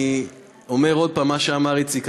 אני אומר שוב מה שאמר איציק,